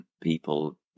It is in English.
people